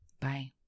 Bye